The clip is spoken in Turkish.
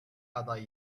aday